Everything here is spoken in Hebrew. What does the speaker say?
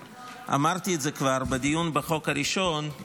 אמרתי את זה כבר בדיון בחוק הראשון,